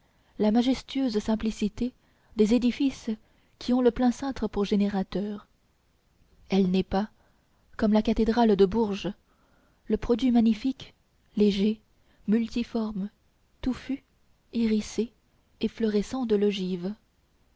la majestueuse simplicité des édifices qui ont le plein cintre pour générateur elle n'est pas comme la cathédrale de bourges le produit magnifique léger multiforme touffu hérissé efflorescent de l'ogive